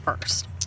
first